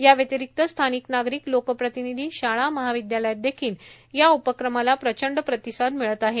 याव्यतिरिक्त स्थानिक नागरिक लोकप्रतिनिधी शाळा महाविद्यालयात देखील या उपक्रमाला प्रचंड प्रतिसाद मिळत आहे